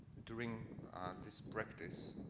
during this practice,